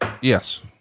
Yes